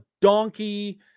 donkey